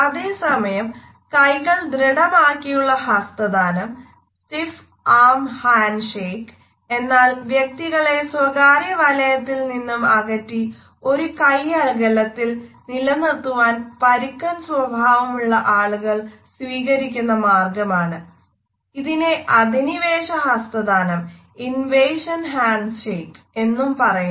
അതേസമയം കൈകൾ ദൃഢമാക്കിയുള്ള ഹസ്തദാനം എന്നും പറയുന്നു